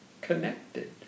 connected